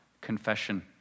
confession